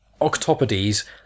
octopodes